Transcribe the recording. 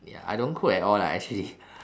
ya I don't cook at all lah actually